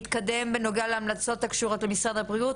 להתקדם בנוגע להמלצות הקשורות למשרד הבריאות.